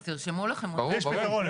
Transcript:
יש פתרון.